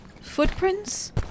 footprints